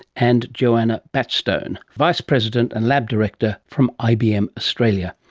and joanna batstone, vice president and lab director from ibm australia.